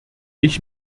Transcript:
ich